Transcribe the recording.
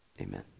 Amen